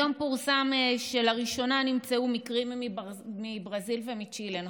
היום פורסם שלראשונה נמצאו מקרים מברזיל ומצ'ילה,